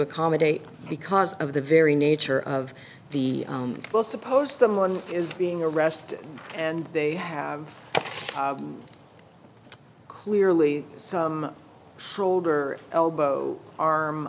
accommodate because of the very nature of the will suppose someone is being arrested and they have clearly some shoulder elbow arm